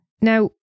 Now